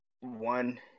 One